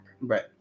Right